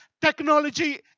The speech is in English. technology